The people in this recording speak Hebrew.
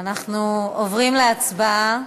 אנחנו עוברים להצבעה.